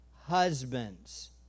husbands